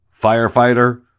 firefighter